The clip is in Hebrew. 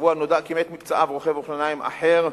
השבוע נודע כי מת מפצעיו רוכב אופניים אחר,